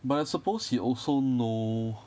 but I suppose he also know